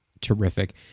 Terrific